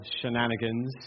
shenanigans